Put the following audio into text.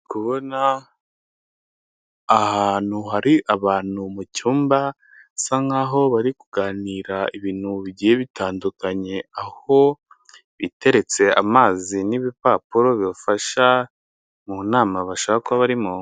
Kubona ahantu hari abantu mu cyumba basa nkaho bari kuganira ibintu bigiye bitandukanye, aho biteretse amazi n'ibipapuro bibafasha mu nama bashaka barimo.